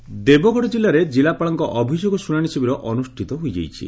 ଶିବିର ଦେବଗଡ଼ କିଲ୍ଲାରେ କିଲ୍ଲାପାଳଙ୍କ ଅଭିଯୋଗ ଶୁଶାଣି ଶିବିର ଅନୁଷ୍ଷିତ ହୋଇଯାଇଛି